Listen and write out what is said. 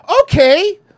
Okay